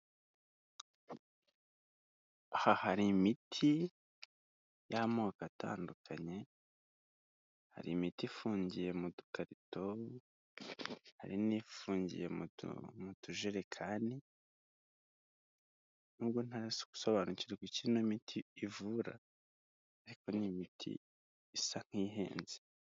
Aha hari imiti y'amoko atandukanye hari imiti ifungiye mu dukarito hari n'ifungiye mu tujerekani nubwo ntari gusobanukirwa icyo ino miti ivura ariko ni imiti isa nk'ihenze.